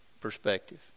perspective